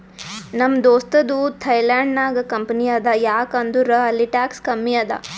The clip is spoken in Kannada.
ನಮ್ ದೋಸ್ತದು ಥೈಲ್ಯಾಂಡ್ ನಾಗ್ ಕಂಪನಿ ಅದಾ ಯಾಕ್ ಅಂದುರ್ ಅಲ್ಲಿ ಟ್ಯಾಕ್ಸ್ ಕಮ್ಮಿ ಅದಾ